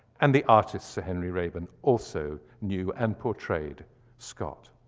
and the artist, sir henry raeburn, also knew and portrayed scott.